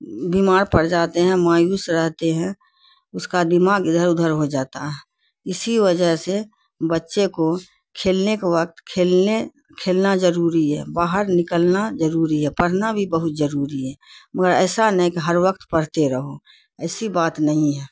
بیمار پڑ جاتے ہیں مایوس رہتے ہیں اس کا دماغ ادھر ادھر ہو جاتا ہے اسی وجہ سے بچے کو کھیلنے کے وقت کھیلنے کھیلنا ضروری ہے باہر نکلنا ضروری ہے پڑھنا بھی بہت ضروری ہے مگر ایسا نہیں کہ ہر وقت پڑھتے رہو ایسی بات نہیں ہے